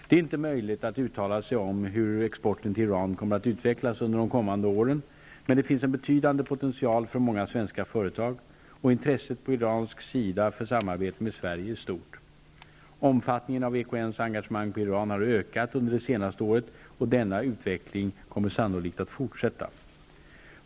Det är inte möjligt att uttala sig om hur exporten till Iran kommer att utveck las under de kommande åren, men det finns en betydande potential för många svenska företag, och intresset på iransk sida för samarbete med Sve rige är stort. Omfattningen av EKN:s engagemang när det gäller Iran har ökat under det senaste året, och denna utveckling kommer sannolikt att fort sätta.